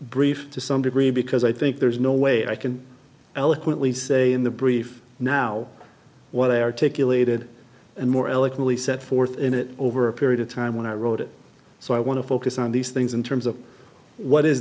brief to some degree because i think there's no way i can eloquently say in the brief now what they articulated and more eloquently set forth in it over a period of time when i wrote it so i want to focus on these things in terms of what is